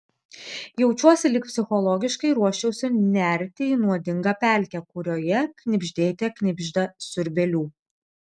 jaučiuosi lyg psichologiškai ruoščiausi nerti į nuodingą pelkę kurioje knibždėte knibžda siurbėlių